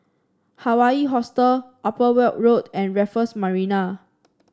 Hawaii Hostel Upper Weld Road and Raffles Marina